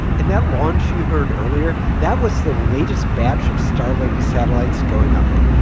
and that launch you heard earlier that was the latest batch of starlink satellites going up.